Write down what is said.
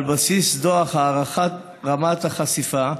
על בסיס דוח הערכת רמת חשיפה,